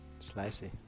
Slicey